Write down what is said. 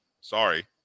Sorry